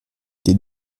des